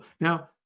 Now